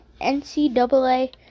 NCAA